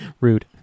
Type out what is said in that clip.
Rude